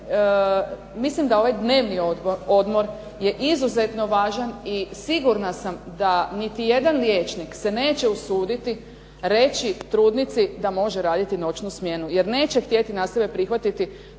mislim da ovaj dnevni odmor je izuzetno važan i sigurna sam da niti jedan liječnik se neće usuditi reći trudnici da može raditi noćnu smjenu, jer neće htjeti na sebe prihvatiti